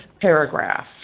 paragraph